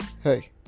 hey